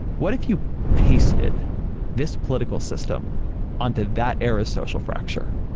what if you pasted this political system onto that era's social fracture?